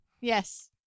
Yes